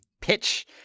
pitch